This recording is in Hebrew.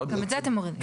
גם את זה אתם מורידים?